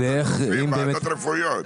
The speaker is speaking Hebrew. יש ועדות רפואיות.